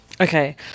Okay